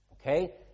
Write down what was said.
okay